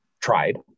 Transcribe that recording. tried